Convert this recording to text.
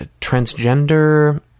transgender